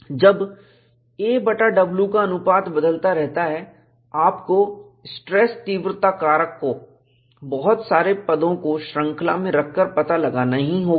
जब a बटा w का अनुपात बदलता रहता है आपको स्ट्रेस तीव्रता कारक को बहुत सारे पदों को श्रंखला में रखकर पता लगाना ही होगा